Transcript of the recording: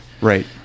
right